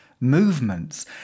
movements